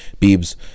Biebs